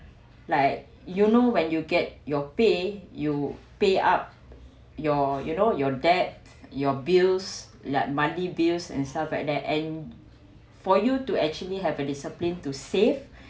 like you know when you get your pay you pay up your you know your dad your bills like monthly bills and stuff like that and for you to actually have a discipline to save